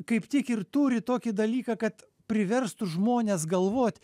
kaip tik ir turi tokį dalyką kad priverstų žmones galvot